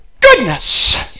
Goodness